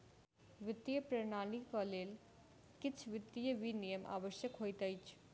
वित्तीय प्रणालीक लेल किछ वित्तीय विनियम आवश्यक होइत अछि